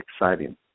exciting